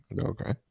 Okay